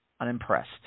unimpressed